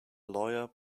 lawyer